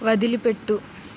వదిలిపెట్టు